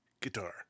Guitar